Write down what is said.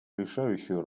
решающую